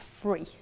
free